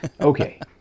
Okay